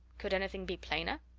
could anything be plainer?